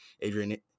Adrian